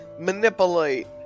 Manipulate